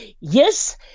Yes